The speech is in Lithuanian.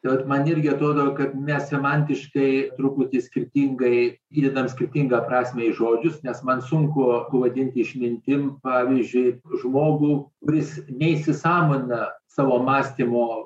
tad man irgi atrodo kad mes semantiškai truputį skirtingai įdedame skirtingą prasmę žodžius nes man sunku vadinti išmintim pavyzdžiui žmogų kuris neįsisąmonina savo mąstymo